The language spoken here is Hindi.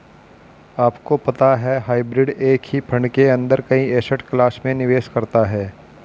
आपको पता है हाइब्रिड एक ही फंड के अंदर कई एसेट क्लास में निवेश करता है?